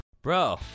Bro